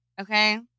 Okay